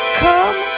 come